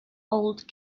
old